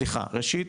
סליחה, ראשית,